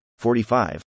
45